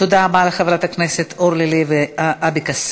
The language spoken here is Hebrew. תודה רבה לחברת הכנסת אורלי לוי אבקסיס.